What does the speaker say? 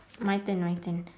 my turn my turn